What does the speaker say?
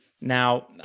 Now